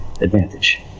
advantage